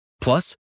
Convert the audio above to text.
Plus